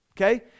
Okay